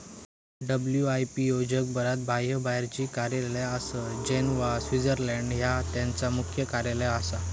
WIPO जगभरात बाह्यबाहेरची कार्यालया आसत, जिनेव्हा, स्वित्झर्लंड हय त्यांचा मुख्यालय आसा